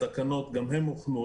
התקנות גם הן הוכנו.